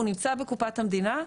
הוא נמצא בקופת המדינה,